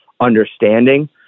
understanding